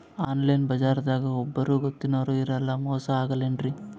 Online ಬಜಾರದಾಗ ಒಬ್ಬರೂ ಗೊತ್ತಿನವ್ರು ಇರಲ್ಲ, ಮೋಸ ಅಗಲ್ಲೆನ್ರಿ?